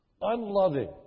unloving